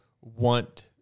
want